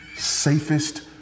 safest